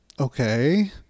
okay